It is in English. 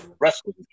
wrestling